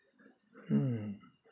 mm